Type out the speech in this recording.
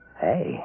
Hey